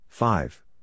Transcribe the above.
Five